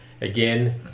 again